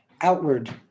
outward